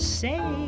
say